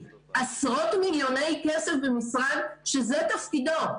עשרות מיליונים במשרד שזה תפקידו,